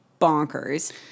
bonkers